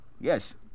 Yes